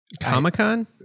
Comic-Con